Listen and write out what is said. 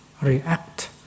react